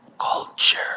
culture